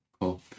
Cool